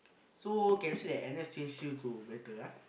so can see that N_S change to better ah